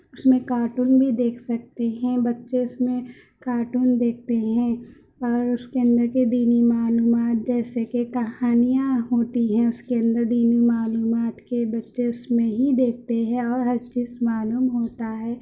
اس میں کارٹون بھی دیکھ سکتے ہیں بچّے اس میں کارٹون دیکھتے ہیں اور اس کے اندر کے دینی معلومات جیسے کہ کہانیاں ہوتی ہیں اس کے اندر دینی معلومات کہ بچّے اس میں ہی دیکھتے ہیں اور ہر چیز معلوم ہوتا ہے